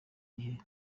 igihe